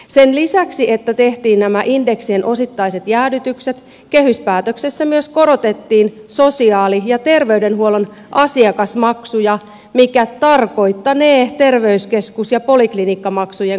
sen lisäksi että tehtiin nämä indeksien osittaiset jäädytykset kehyspäätöksessä myös korotettiin sosiaali ja terveydenhuollon asiakasmaksuja mikä tarkoittanee terveyskeskus ja poliklinikkamaksujen korottamista